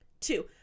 Two